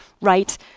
right